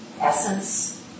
essence